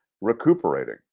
recuperating